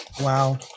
Wow